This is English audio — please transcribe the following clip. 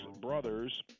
brothers